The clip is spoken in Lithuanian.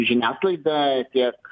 žiniasklaida tiek